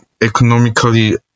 economically